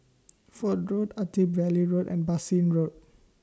Fort Road Attap Valley Road and Bassein Road